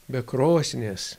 be krosnies